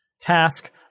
task